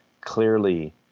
clearly